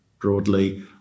broadly